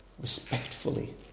respectfully